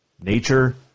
nature